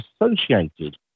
associated